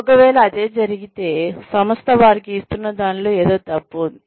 ఒకవేళ అదే జరిగితే సంస్థ వారికి ఇస్తున్న దానిలో ఏదో తప్పు ఉంది